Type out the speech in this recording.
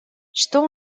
что